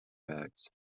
bags